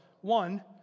One